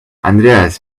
andreas